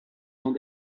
dans